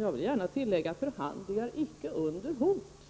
Jag vill gärna tillägga, Per Gahrton: förhandlingar, men icke under hot.